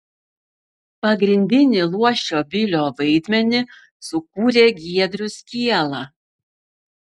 pagrindinį luošio bilio vaidmenį sukūrė giedrius kiela